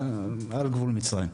על גבול מצריים.